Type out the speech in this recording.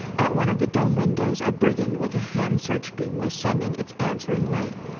at one of the dome windows a brigand with a hand searchbeam was sending its answering light.